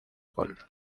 gol